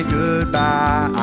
goodbye